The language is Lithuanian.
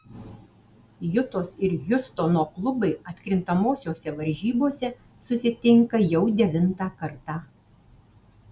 jutos ir hjustono klubai atkrintamosiose varžybose susitinka jau devintą kartą